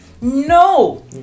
no